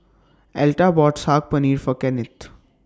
Elta bought Saag Paneer For Kennith